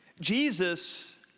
Jesus